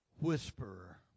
Whisperer